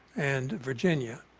and virginia.